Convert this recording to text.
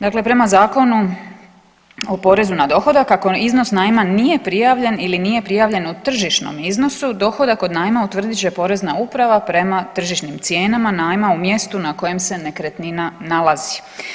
Dakle, prema Zakonu o porezu na dohodak, ako iznos najma nije prijavljen ili nije prijavljen u tržišnom iznosu dohodak od najma utvrdit će porezna uprava prema tržišnim cijenama najma u mjestu na kojem se nekretnina nalazi.